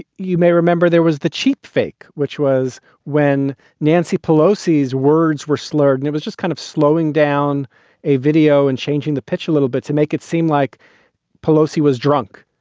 you may remember there was the cheap fake, which was when nancy pelosi's words were slurred and it was just kind of slowing down a video and changing the pitch a little bit to make it seem like pelosi was drunk.